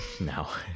No